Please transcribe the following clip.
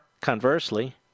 conversely